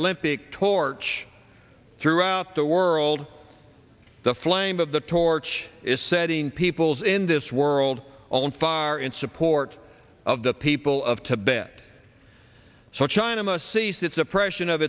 olympic torch throughout the world the flame of the torch is setting peoples in this world alone far in support of the people of tibet so china must cease its oppression of